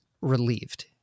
relieved